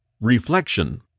Reflection